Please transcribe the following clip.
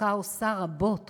דווקא עושה רבות